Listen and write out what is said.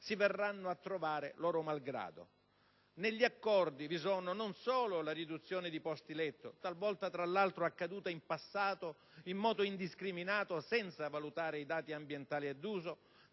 si verranno a trovare loro malgrado. Negli accordi, vi è non solo la riduzione di posti letto - misura talvolta adottata in passato in modo indiscriminato, senza valutare i dati ambientali e d'uso,